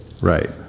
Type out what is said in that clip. Right